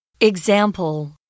Example